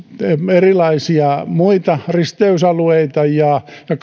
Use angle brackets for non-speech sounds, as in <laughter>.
erilaisia muita risteysalueita ja ja <unintelligible>